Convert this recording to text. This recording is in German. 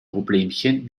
problemchen